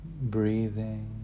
breathing